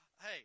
hey